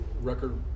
record